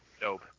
dope